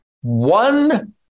one